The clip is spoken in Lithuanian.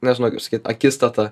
nežinau kaip sakyt akistata